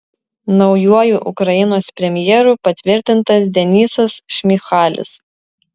naujuoju ukrainos premjeru patvirtintas denysas šmyhalis